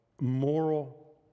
moral